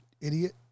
idiot